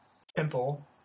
simple